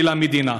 של המדינה?